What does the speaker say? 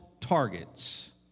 targets